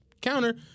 counter